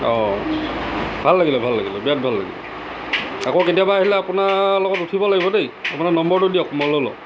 অঁ ভাল লাগিলে ভাল লাগিলে বিৰাট ভাল লাগিলে আকৌ কেতিয়াবা আহিলে আপোনাৰ লগত উঠিব লাগিব দেই আপোনাৰ নম্বৰটো দিয়ক মই লৈ লওঁ